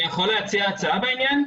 אני יכול להציע הצעה בעניין?